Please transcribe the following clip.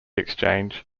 exchange